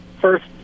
first